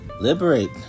Liberate